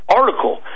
article